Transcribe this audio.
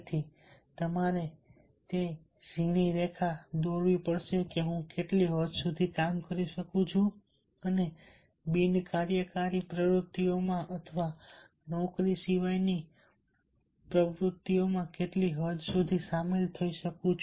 તેથી તમારે તે ઝીણી રેખા દોરવી પડશે કે હું કેટલી હદ સુધી કામ કરી શકું અને બિન કાર્યકારી પ્રવૃત્તિઓમાં અથવા નોકરી સિવાયની પ્રવૃત્તિઓમાં હું કેટલી હદ સુધી સામેલ થઈ શકું